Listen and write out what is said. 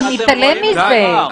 אתה מתעלם מזה.